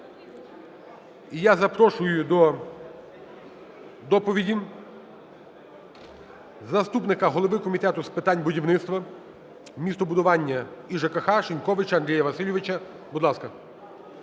я запрошую до доповіді заступника голови Комітету з питань будівництва, містобудування і ЖКГ Шиньковича Андрія Васильовича, будь ласка.